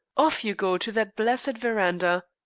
off you go to that blessed verandah.